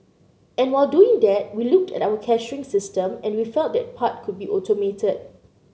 and while doing that we looked at our cashiering system and we felt that part could be automated